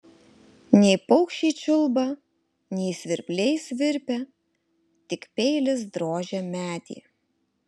nei paukščiai čiulba nei svirpliai svirpia tik peilis drožia medį